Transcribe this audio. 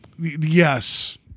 Yes